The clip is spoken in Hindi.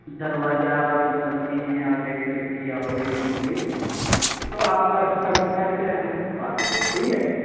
दरवाज़ा और यह मसीन और यह खिड़की और रेलिंग वेलिंग तो आपका सफ़ाई से हम करवा देंगे ठीक है